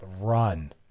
run